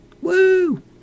Woo